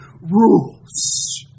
rules